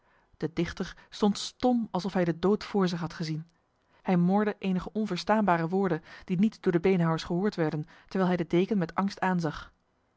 de dichter stond stom alsof hij de dood voor zich had gezien hij morde enige onverstaanbare woorden die niet door de beenhouwers gehoord werden terwijl hij de deken met angst aanzag